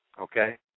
Okay